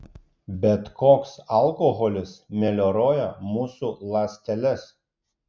bet koks alkoholis melioruoja mūsų ląsteles